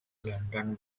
london